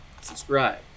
subscribe